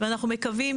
ואנחנו מקווים